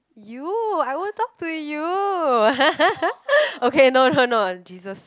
you I want talk to you okay no no no Jesus